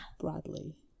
Bradley